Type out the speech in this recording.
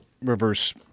reverse